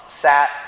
sat